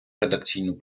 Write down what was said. редакційну